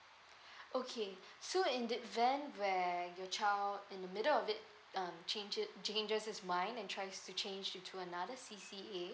okay so in the event where your child in the middle of it um change it changes his mind and tries to change into another C_C_A